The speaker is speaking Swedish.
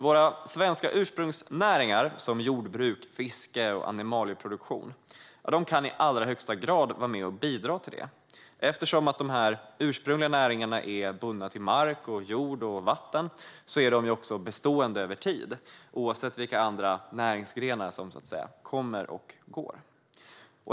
Våra svenska ursprungsnäringar, som jordbruk, fiske och animalieproduktion, kan i allra högsta grad vara med och bidra till detta. Eftersom dessa ursprungliga näringar är bundna till mark, jord och vatten är de också bestående över tid, oavsett vilka andra näringsgrenar som kommer och går.